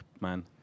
man